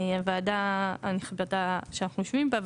הוועדה הנכבדה שאנחנו יושבים בה.